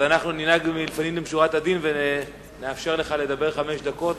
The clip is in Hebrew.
אז אנחנו ננהג לפנים משורת הדין ונאפשר לך לדבר חמש דקות.